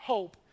Hope